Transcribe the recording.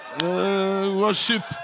worship